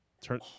Turn